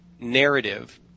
narrative